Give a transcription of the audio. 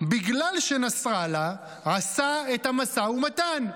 בגלל שנסראללה עשה את המשא-ומתן.